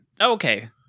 Okay